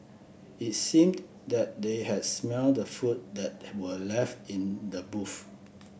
it seemed that they had smelt the food that were left in the booth